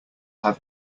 have